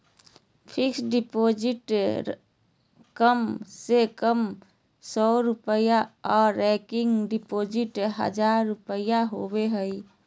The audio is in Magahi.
फिक्स्ड डिपॉजिट कम से कम सौ रुपया के आर रेकरिंग डिपॉजिट हजार रुपया के होबय हय